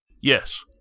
Yes